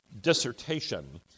dissertation